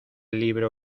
libro